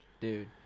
Dude